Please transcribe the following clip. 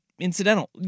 incidental